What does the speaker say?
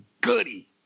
goody